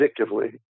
addictively